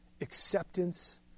acceptance